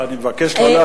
אני מבקש לא להקריא,